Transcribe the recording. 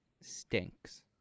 Stinks